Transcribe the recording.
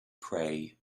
pray